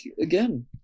again